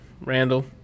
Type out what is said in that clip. Randall